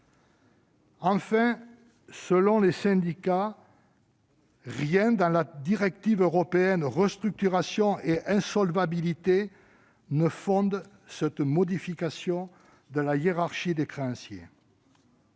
Enfin, selon les syndicats, rien dans la directive européenne sur la restructuration et l'insolvabilité ne fonde cette modification de la hiérarchie des créanciers.